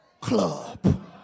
Club